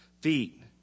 feet